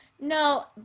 No